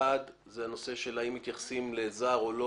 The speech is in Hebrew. האחד, הנושא של האם מתייחסים לזר או לא.